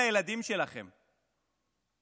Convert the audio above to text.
מה אתם אומרים לילדים שלכם הינה,